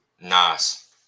Nice